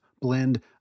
blend